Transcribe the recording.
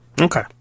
Okay